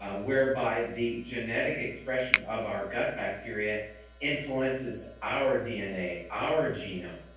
ah whereby the genetic expression of our gut bacteria influences our dna, our genome.